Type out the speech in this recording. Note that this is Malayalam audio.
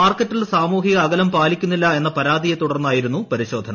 മാർക്കറ്റിൽ സാമൂഹിക അക്കലം പാലിക്കുന്നില്ല എന്ന പരാതിയെ തുടർന്നായിരുന്നുറപ്പൂരി്ശോധന